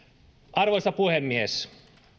arvoisa puhemies